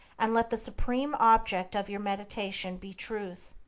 and let the supreme object of your meditation be truth.